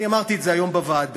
אמרתי את זה היום בוועדה,